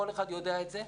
כל אחד יודע את זה,